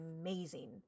amazing